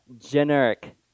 generic